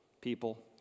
People